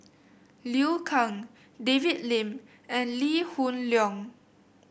Liu Kang David Lim and Lee Hoon Leong